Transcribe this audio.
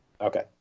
Okay